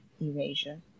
erasure